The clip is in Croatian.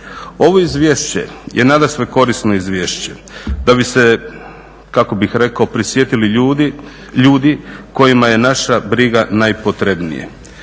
Ovo izvješće je nadasve korisno izvješće, da bi se prisjetili ljudi kojima je naša briga najpotrebnija.